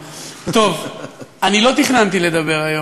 לא נמצאת,